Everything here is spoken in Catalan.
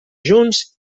junts